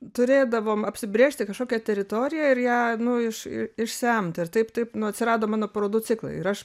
turėdavom apsibrėžti kažkokią teritoriją ir ją nu iš išsemti ir taip taip nu atsirado mano parodų ciklai ir aš